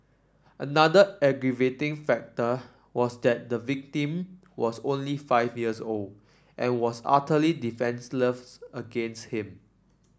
another aggravating factor was that the victim was only five years old and was utterly defenceless against him